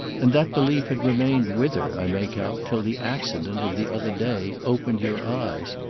and that belief had remained with her, i make out, till the accident of the other day opened your eyes.